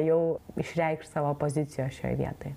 jau išreikšt savo pozicijos šioj vietoj